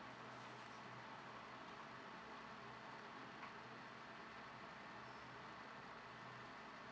ah